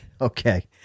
Okay